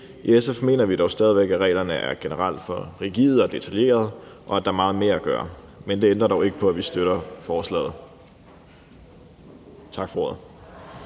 I SF mener vi dog stadig væk, at reglerne generelt er for rigide og detaljerede, og at der er meget mere at gøre, men det ændrer ikke på, at vi støtter forslaget. Tak for ordet.